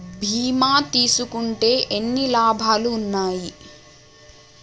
బీమా తీసుకుంటే ఎన్ని లాభాలు ఉన్నాయి?